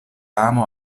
amo